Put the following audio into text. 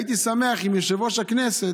הייתי שמח אם יושב-ראש הכנסת,